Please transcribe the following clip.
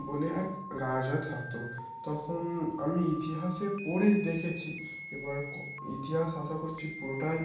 বলে এক রাজা থাকত তখন আমি ইতিহাসে পড়ে দেখেছি এবার ইতিহাস আশা করছি পুরোটাই